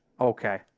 Okay